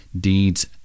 deeds